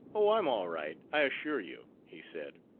oh, i'm all right, i assure you, he said.